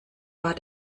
war